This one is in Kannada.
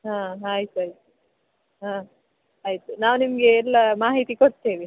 ಹಾಂ ಆಯ್ತ್ ಆಯ್ತ್ ಹಾಂ ಆಯಿತು ನಾವು ನಿಮಗೆ ಎಲ್ಲ ಮಾಹಿತಿ ಕೊಡ್ತೇವೆ